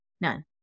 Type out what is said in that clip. None